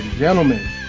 Gentlemen